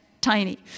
tiny